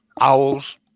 owls